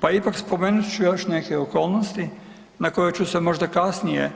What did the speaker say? Pa ipak spomenut ću još neke okolnosti na koje ću se možda kasnije